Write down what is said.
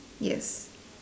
yes